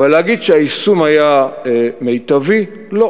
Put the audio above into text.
אבל להגיד שהיישום היה מיטבי, לא.